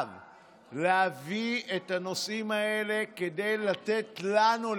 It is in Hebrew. מחויב להביא את הנושאים האלה כדי לתת לנו,